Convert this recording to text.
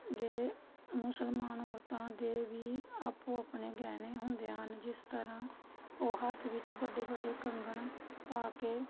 ਦੇ ਮੁਸਲਮਾਨ ਔਰਤਾਂ ਦੇ ਵੀ ਆਪੋ ਆਪਣੇ ਗਹਿਣੇ ਹੁੰਦੇ ਹਨ ਜਿਸ ਤਰ੍ਹਾਂ ਉਹ ਹੱਥ ਵਿੱਚ ਵੱਡੇ ਵੱਡੇ ਕੰਗਣ ਪਾ ਕੇ